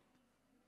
מה עשיתם?